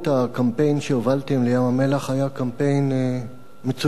הקמפיין שהובלתם לים-המלח היה קמפיין מצוין,